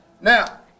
Now